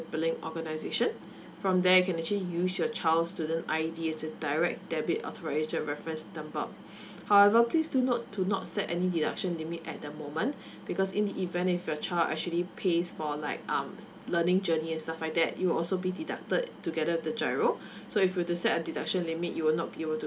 billing organisation from there you can actually use your child student I_D as a direct debit authorisation reference number however please do note do not set any deduction limit at the moment because in event if your child actually pays for like um learning journey and stuff like that it will also be deducted together with the G_I_R_O so if you were to set a deduction limit you will not be able to